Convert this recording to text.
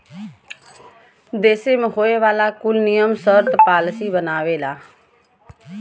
देस मे होए वाला कुल नियम सर्त पॉलिसी बनावेला